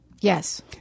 Yes